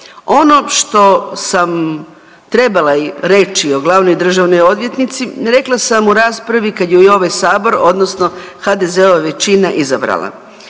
Ono što sam trebala reći o glavnoj državnoj odvjetnici rekla sam u raspravi kad ju je ovaj sabor odnosno HDZ-ova većina izabrala.